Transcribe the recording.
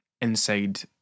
inside